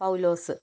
പൗലോസ്